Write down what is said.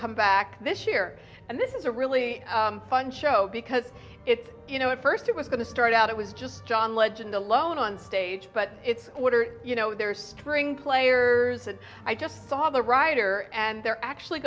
come back this year and this is a really fun show because it's you know at first it was going to start out it was just john legend alone on stage but it's you know there are string players and i just saw the writer and they're actually